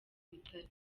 bitari